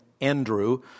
Andrew